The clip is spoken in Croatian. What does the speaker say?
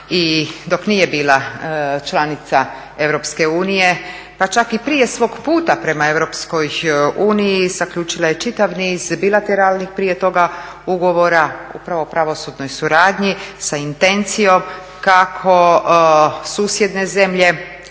dok nije bila članica Europske unije pa čak i prije svoga puta prema Europskoj uniji zaključila je čitav niz bilateralnih, prije toga ugovora upravo o pravosudnoj suradnji sa intencijom kako susjedne zemlje